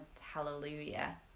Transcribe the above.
Hallelujah